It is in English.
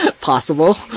Possible